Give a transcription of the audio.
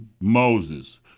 Moses